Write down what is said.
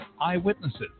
eyewitnesses